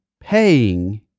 paying